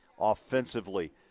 offensively